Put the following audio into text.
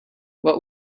what